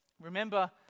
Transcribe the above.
Remember